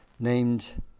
named